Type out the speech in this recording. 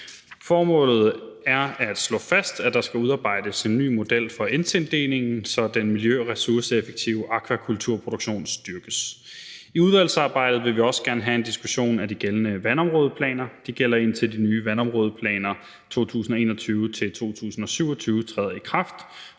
Formålet er at slå fast, at der skal udarbejdes en ny model for N-tildelingen, så den miljø- og ressourceeffektive akvakulturproduktion styrkes. I udvalgsarbejdet vil vi også gerne have en diskussion om de gældende vandområdeplaner. De gælder, indtil de nye vandområdeplaner for 2021-2027 træder i kraft,